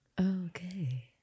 Okay